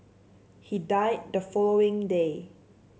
he died the following day